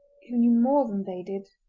who knew more than they did,